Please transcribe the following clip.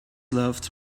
loved